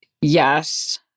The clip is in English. yes